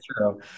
true